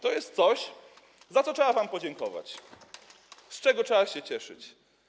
To jest coś, za co trzeba wam podziękować, z czego trzeba się cieszyć.